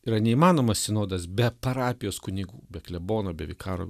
yra neįmanomas sinodas be parapijos kunigų be klebonų be vikarų